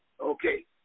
Okay